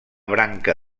branca